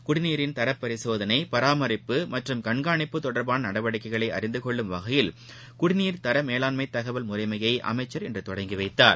குடிநீரின் தர பரிசோதனை பராமரிப்பு மற்றும் கண்காணிப்பு தொடர்பான நடவடிக்கைகளை அறிந்து கொள்ளும் வகையில் குடிநீர் தர மேலாண்மை தகவல் முறைமையை அமைச்சர் இன்று தொடங்கி வைத்தார்